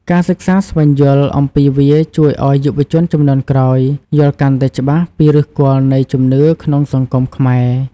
ការសិក្សាស្វែងយល់អំពីវាជួយឲ្យយុវជនជំនាន់ក្រោយយល់កាន់តែច្បាស់ពីឫសគល់នៃជំនឿក្នុងសង្គមខ្មែរ។